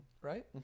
Right